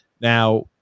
Now